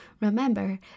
Remember